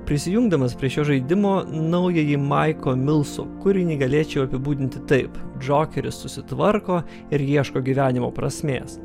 prisijungdamas prie šio žaidimo naująjį maiko milso kūrinį galėčiau apibūdinti taip džokeris susitvarko ir ieško gyvenimo prasmės